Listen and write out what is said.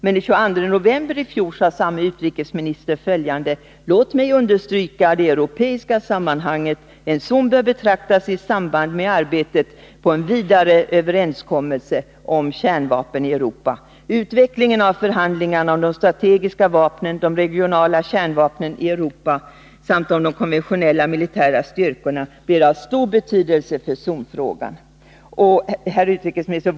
Den 22 november i fjol sade samme utrikesminister följande: ”Låt mig också understryka det europeiska sammanhanget. En zon bör betraktas i samband med arbetet på en vidare överenskommelse om kärnvapen i Europa. Utvecklingen av förhandlingarna om de strategiska vapnen, de regionala kärnvapnen i Europa samt om de konventionella militära styrkorna blir av stor betydelse för zonfrågan.” Herr utrikesminister!